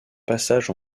passages